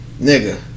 nigga